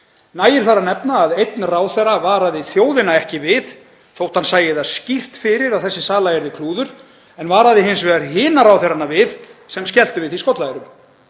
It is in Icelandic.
Nægir þar að nefna að einn ráðherra varaði þjóðina ekki við þótt hann sæi það skýrt fyrir að þessi sala yrði klúður en varaði hins vegar hina ráðherrana við sem skelltu við skollaeyrum.